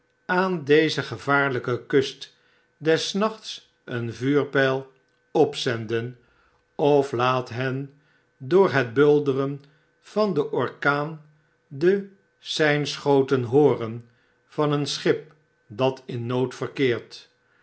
aan deze gevaarlyke kust des nachts een vuurpyi opzenden of laat hen door het bulderen van den orkaan de seinschoten hooren van een schip dat in nood verkeert